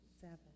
seven